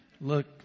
Look